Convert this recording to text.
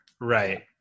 Right